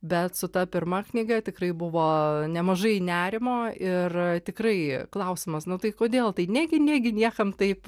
bet su ta pirma knyga tikrai buvo nemažai nerimo ir tikrai klausimas nu tai kodėl tai negi negi niekam taip